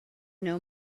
know